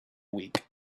week